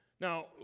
Now